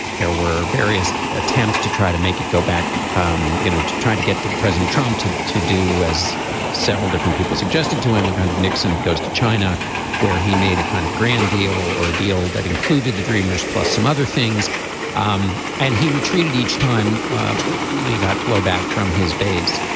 there were various attempts to try to make it go back um you know to trying to get to president trump to to do as several different people suggested to him a kind of nixon goes to china where he made a kind of grand deal or a deal that included the dreamers plus some other things um and he retreated each time um when he got blowback from his base.